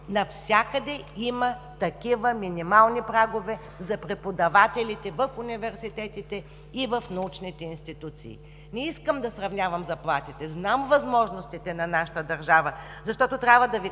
навсякъде има такива минимални прагове за преподавателите в университетите и в научните институции. Не искам да сравнявам заплатите, знам възможностите на нашата държава, защото трябва да Ви